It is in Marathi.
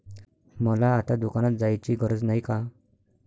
मला आता दुकानात जायची गरज नाही का?